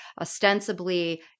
ostensibly